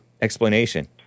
explanation